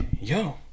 yo